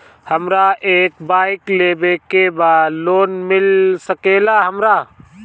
हमरा एक बाइक लेवे के बा लोन मिल सकेला हमरा?